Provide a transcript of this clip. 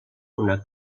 una